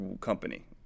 company